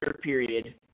period